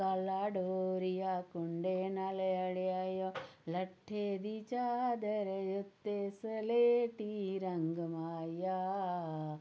काला डोरिया कुंडे नाल अड़ेआई ओये लट्ठे दी चादर उत्ते सलेटी रंग माहिया